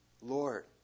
Lord